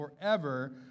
forever